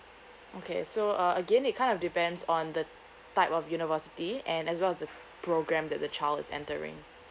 okay so uh again it kind of depends on the type of university and as well as the program that the child is entering